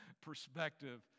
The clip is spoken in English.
perspective